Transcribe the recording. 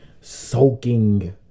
soaking